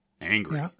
angry